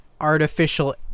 artificial